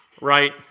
right